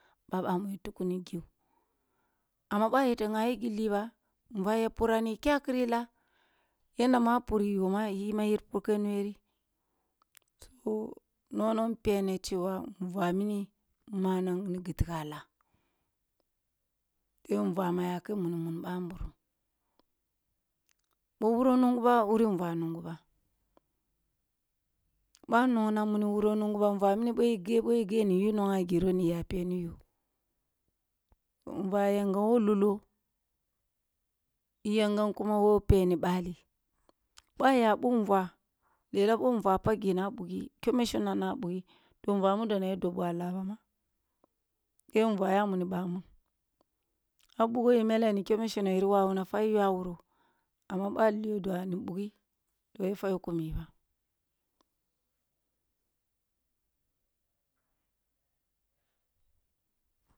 Ba ɓamuya tughi gyo, amma ɓoh a yete nyayi gilli ba, nvuah ya purah ni kyah khiri lah yadda mu ya puri yi ma purke nu’ah ri, so nuna mpeni chewa nvuah mini manang ni ghi ligha a lah, tebe nvuah ma yake wuni ɓani burum ɓoh wuro nunguba na wuri nvuah nungu ba, ɓoh a nunggna muno wuro nnngu ba nvuah mini ɓoh ighe, be i ghe ni yo nuah a giroh ni iya peni yo, nvuah yakam wo huloh, iyankam kuma wo peni ɓali, ɓoh aya ɓom nvuah lela boh nvuah paghgi na ɓughi keme shinnung na bughi to nvuah mini ya dob ɓoh a lah bama the nvuah ya wuni ɓamun, boh a ɓugho yi ele ni kyomi shine long yiri wawuna fwa yuah a wuro, amma ɓoh lidua ni bughi, toh ya fwah kumi ba